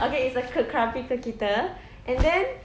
okay it's a ke krabi ke kita and then